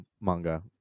manga